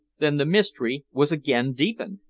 then the mystery was again deepened.